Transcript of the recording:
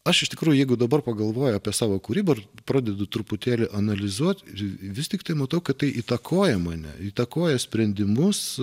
aš iš tikrųjų jeigu dabar pagalvoju apie savo kūrybą pradedu truputėlį analizuoti vis tiktai matau kad tai įtakoja mane įtakoja sprendimus